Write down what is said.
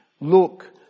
look